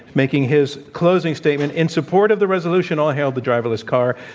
making his closing statement in support of the resolution all hail the driverless car,